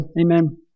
Amen